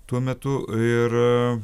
tuo metu ir